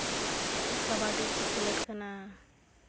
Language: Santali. ᱠᱟᱵᱟᱰᱤ ᱠᱚ ᱠᱷᱮᱞᱳᱰ ᱠᱟᱱᱟ